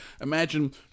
Imagine